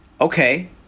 Okay